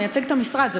הוא מייצג את המשרד,